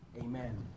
Amen